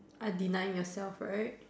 I deny yourself right